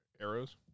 arrows